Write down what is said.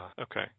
Okay